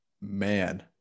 man